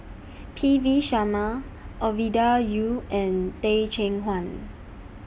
P V Sharma Ovidia Yu and Teh Cheang Wan